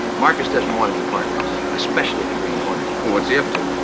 marcus doesn't want any partners, especially the green hornet. but what's he up to?